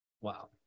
Wow